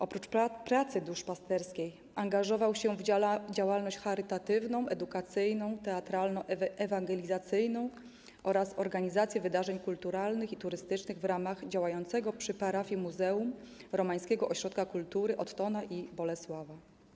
Oprócz wykonywania pracy duszpasterskiej angażował się w działalność charytatywną, edukacyjną, teatralno-ewangelizacyjną oraz organizację wydarzeń kulturalnych i turystycznych w ramach działającego przy parafii Muzeum Romańskiego Ośrodka Kultury Ottona i Bolesława.